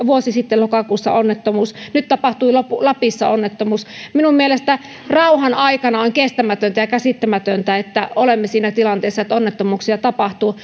vuosi sitten lokakuussa onnettomuus nyt tapahtui lapissa onnettomuus minun mielestäni rauhan aikana on kestämätöntä ja käsittämätöntä että olemme siinä tilanteessa että onnettomuuksia tapahtuu